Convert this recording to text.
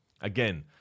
again